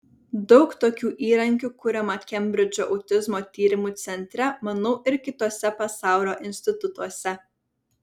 daug tokių įrankių kuriama kembridžo autizmo tyrimų centre manau ir kituose pasaulio institutuose